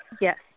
Yes